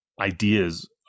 ideas